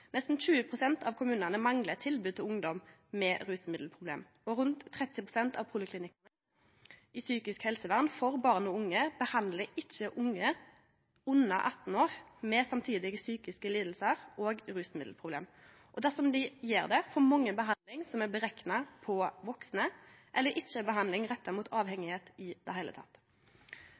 Nesten 20 pst. av kommunane manglar eit tilbod til ungdom med rusmiddelproblem, og rundt 30 pst. av poliklinikkane innanfor psykisk helsevern for barn og unge behandlar ikkje unge under 18 år med samtidige psykiske lidingar og rusmiddelproblem. Og dersom dei gjer det, får mange behandling som er berekna på vaksne, eller ikkje behandling retta mot avhengigheit i det heile.